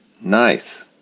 Nice